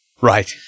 Right